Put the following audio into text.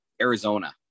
Arizona